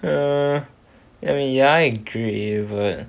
err I mean ya I agree but